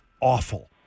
awful